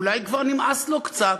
אולי כבר נמאס לו קצת.